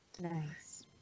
Nice